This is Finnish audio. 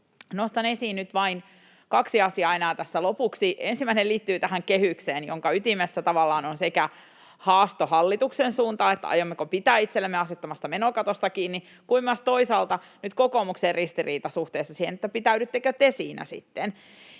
Nostan esiin nyt vain kaksi asiaa enää tässä lopuksi. Ensimmäinen liittyy tähän kehykseen, jonka ytimessä tavallaan on sekä haasto hallituksen suuntaan, aiommeko pitää itsellemme asettamasta menokatosta kiinni, että myös toisaalta nyt kokoomuksen ristiriita suhteessa siihen, pitäydyttekö te sitten